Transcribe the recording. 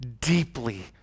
deeply